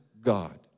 God